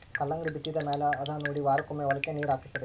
ಕಲ್ಲಂಗಡಿ ಬಿತ್ತಿದ ಮ್ಯಾಲ ಹದಾನೊಡಿ ವಾರಕ್ಕೊಮ್ಮೆ ಹೊಲಕ್ಕೆ ನೇರ ಹಾಸಬೇಕ